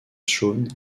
shown